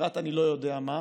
ואגרת אני-לא-יודע-מה,